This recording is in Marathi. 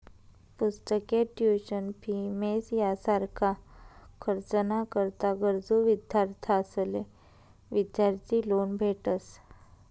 पुस्तके, ट्युशन फी, मेस यासारखा खर्च ना करता गरजू विद्यार्थ्यांसले विद्यार्थी लोन भेटस